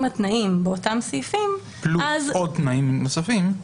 התנאים באותם סעיפים --- פלוס עוד תנאים נוספים.